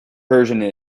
recursion